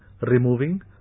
removing